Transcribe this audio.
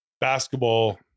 basketball